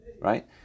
right